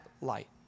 light